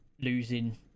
losing